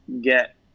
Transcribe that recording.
get